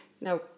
No